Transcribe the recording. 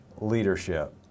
leadership